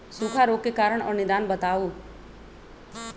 सूखा रोग के कारण और निदान बताऊ?